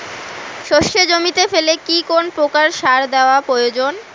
সর্ষে জমিতে ফেলে কি কোন প্রকার সার দেওয়া প্রয়োজন?